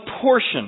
portion